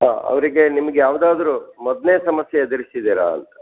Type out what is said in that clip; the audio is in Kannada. ಹಾಂ ಅವರಿಗೆ ನಿಮ್ಗೆ ಯಾವುದಾದ್ರು ಮೊದಲೆ ಸಮಸ್ಯೆ ಎದುರಿಸಿದ್ದೀರಾ ಅಂತ